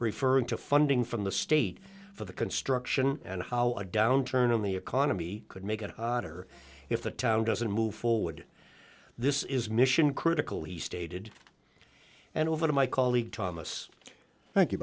referring to funding from the state for the construction and how a downturn in the economy could make it harder if the town doesn't move forward this is mission critical he stated and over to my colleague thomas